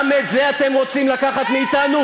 גם את זה אתם רוצים לקחת מאתנו?